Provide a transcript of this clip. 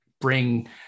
bring